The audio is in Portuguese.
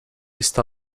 está